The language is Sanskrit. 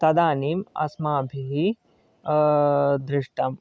तदानीम् अस्माभिः दृष्टम्